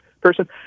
person